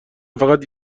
فقط